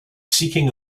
seeking